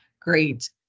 great